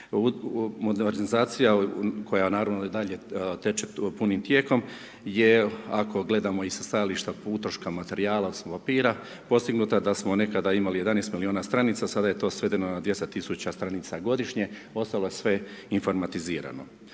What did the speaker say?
Modernizacija koja naravno i dalje teče punim tijekom je ako gledamo sa stajališta po utrošku materijala odnosno papira, postignuta da smo nekada imali 11 milijuna stranica, sada je to svedeno na 200 000 stranica godišnje, postalo je sve informatizirano.